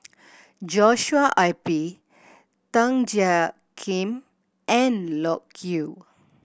Joshua I P Tan Jiak Kim and Loke Yew